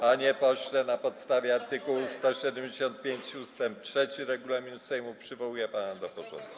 Panie pośle, na podstawie art. 175 ust. 3 regulaminu Sejmu przywołuję pana do porządku.